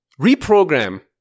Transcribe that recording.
reprogram